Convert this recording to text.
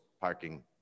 parking